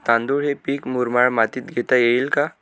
तांदूळ हे पीक मुरमाड मातीत घेता येईल का?